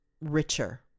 richer